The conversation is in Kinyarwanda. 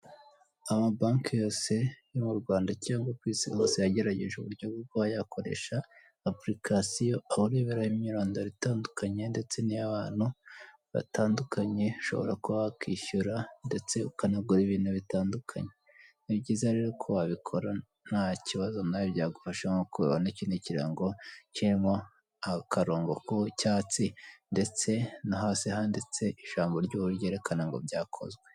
Amabanki yose yo mu Rwanda cyangwa ku isi hose, yagerageje uburyo bwo kuba yakoresha apurikasiyo, aho ureberaho imyirondoro itandukanye ndetse n'iy'abantu batandukanye, ushobora kuba wakishyura ndetse ukanagura ibintu bitandukanye. Ni byiza rero ko wabikora, nta kibazo nawe byagufasha, nk'uko ubibona iki ni kirango kirimo akarongo k'icyatsi ndetse no hasi handitse ijambo ry'ubururu ryerekana ngo byakozwe.